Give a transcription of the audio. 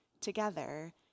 together